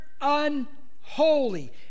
unholy